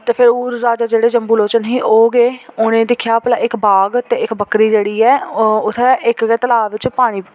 ते फिर ओह् राजा जेह्ड़े जम्बू लोचन हे ओह् गे उनें दिक्खेआ भला इक बाघ ते इक बक्करी जेह्ड़ी ऐ ओह् उत्थै इक गै तलाऽ बिच्च पानी